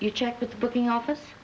you check the booking office